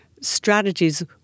strategies